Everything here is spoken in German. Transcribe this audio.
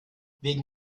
wegen